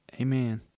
Amen